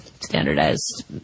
standardized